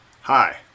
Hi